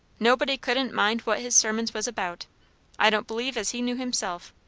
nobody couldn't mind what his sermons was about i don't believe as he knew himself.